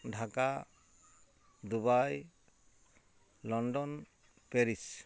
Dhaka Dubai London Paris